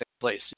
place